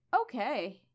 Okay